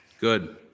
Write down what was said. good